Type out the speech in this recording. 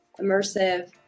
immersive